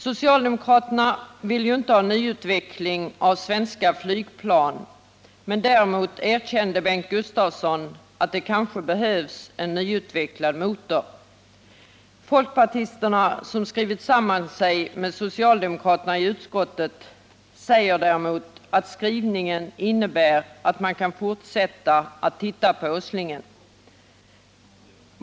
Socialdemokraterna vill ju inte ha nyutveckling av svenska flygplan, men däremot erkände Bengt Gustavsson att det kanske behövs en nyutvecklad motor. Folkpartisterna, som skrivit sig samman med socialdemokraterna i utskottet, säger däremot att skrivningen innebär att man kan fortsätta att titta på Åslingen.